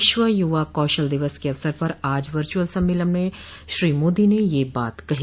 विश्व युवा कौशल दिवस के अवसर पर आज वर्चुअल सम्मेलन में श्री मोदी ने यह बात कही